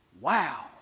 Wow